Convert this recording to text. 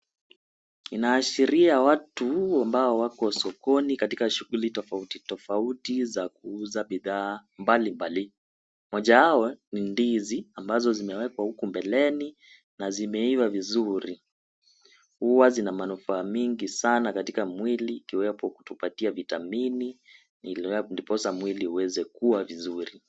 Inaashiria watu ambao wako sokoni katika shughuli tofauti tofauti za kuuza bidhaa mbalimbali. Moja wao, ni ndizi ambazo zimewekwa huku mbeleni, na zimeiva vizuri. Huwa zina manufaa mingi sana katika mwili ikiwepo kutupatia vitamini, ndiposa mwili uweze kuwa vizuri.